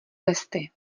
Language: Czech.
testy